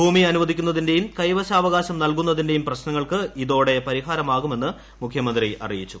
ഭൂമി അനുവദിക്കുന്നതിന്റെയും കൈവശാവകാശം നൽകുന്നതിന്റെയും പ്രശ്നങ്ങൾക്ക് ഇതോടെ പരിഹാരമാകുമെന്ന് മുഖ്യമന്ത്രി അറിയിച്ചു